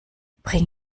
bring